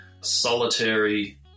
solitary